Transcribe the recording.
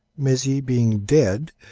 mezy being dead,